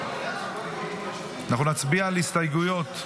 אנחנו נצביע על הסתייגויות.